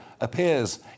appears